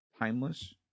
timeless